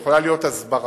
יכולה להיות הסברה,